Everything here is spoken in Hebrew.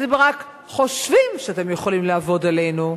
אתם רק חושבים שאתם יכולים לעבוד עלינו,